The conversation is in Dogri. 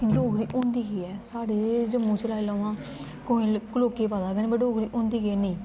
कि डोगरी होंदी केह् ऐ साढ़े जम्मू च लाई लैओ हां कुसै गी लोकें गी पता गै निं भाई डोगरी होंदी केह् ऐ नेईं